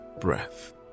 breath